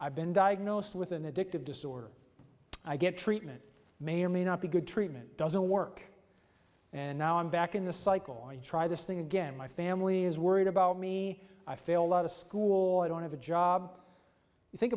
i've been diagnosed with an addictive disorder i get treatment may or may not be good treatment doesn't work and now i'm back in the cycle or you try this thing again my family is worried about me i failed out of school i don't have a job you think